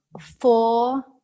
four